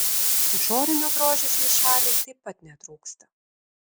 išorinio grožio šiai šaliai taip pat netrūksta